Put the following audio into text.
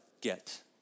get